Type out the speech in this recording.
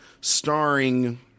Starring